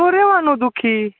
તો રેહવાનું દુ ખી